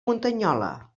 muntanyola